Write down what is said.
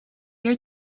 your